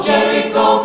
Jericho